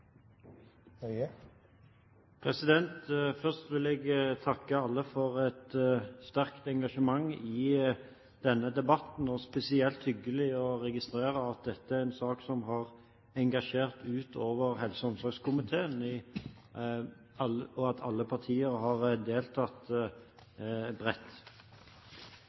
Først vil jeg takke alle for et sterkt engasjement i denne debatten, og det er spesielt hyggelig å registrere at dette er en sak som har engasjert utover helse- og omsorgskomiteen, og at alle partier har deltatt bredt.